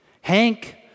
Hank